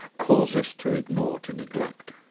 cause us to ignore, to neglect.